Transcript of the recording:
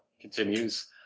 continues